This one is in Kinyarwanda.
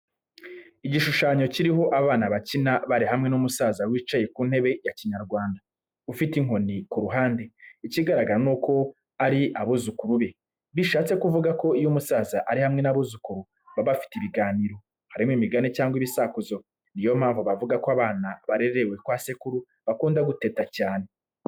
Igishushanyo kiriho abana bakina bari hamwe n'umusaza wicaye ku ntebe ya kinyarwanda, ufite inkoni ku ruhande. Ikigaragara ni uko ari abuzukuru be, bishatse kuvuga ko iyo umusaza ari hamwe n'abuzukuru, baba bafite ibiganiro, harimo imigani cyangwa ibisakuzo, ni yo mpamvu bavuga ko abana barerewe kwa sekuru bakunda guteta cyane.